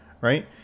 right